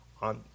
on